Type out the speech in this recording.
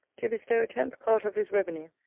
to bestow a tenth part of his revenue,